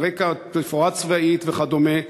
על רקע תפאורה צבאית וכדומה.